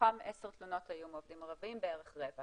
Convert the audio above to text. מתוכם עשר תלונות היו מעובדים ערבים, בערך רבע